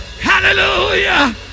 Hallelujah